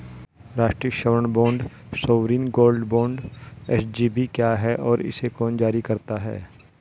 राष्ट्रिक स्वर्ण bond sovereign gold bond SGB क्या है और इसे कौन जारी करता है?